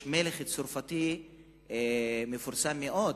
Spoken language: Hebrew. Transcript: מלך צרפתי מפורסם מאוד,